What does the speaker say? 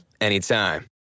anytime